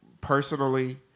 personally